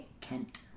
Kent